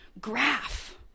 graph